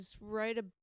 Right